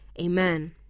Amen